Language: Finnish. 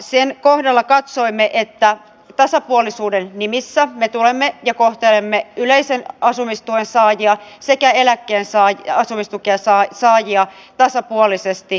sen kohdalla katsoimme että tasapuolisuuden nimissä me tuemme ja kohtelemme yleisen asumistuen saajia sekä eläkkeensaajien asumistukea saavia tasapuolisesti